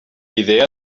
idea